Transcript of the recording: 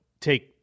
take